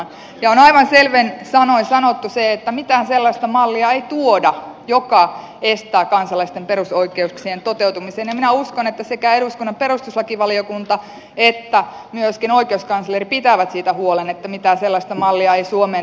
on aivan selvin sanoin sanottu se että mitään sellaista mallia ei tuoda joka estää kansalaisten perusoikeuksien toteutumisen ja minä uskon että sekä eduskunnan perustuslakivaliokunta että myöskin oikeuskansleri pitävät siitä huolen että mitään sellaista mallia ei suomeen tule